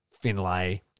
Finlay